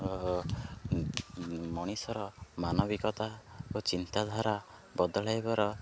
ମଣିଷର ମାନବିକତା ଓ ଚିନ୍ତାଧାରା ବଦଳାଇବାର